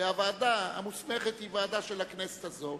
הוועדה המוסמכת היא ועדה של הכנסת הזאת,